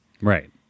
right